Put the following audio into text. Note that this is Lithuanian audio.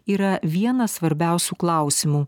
yra vienas svarbiausių klausimų